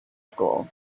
school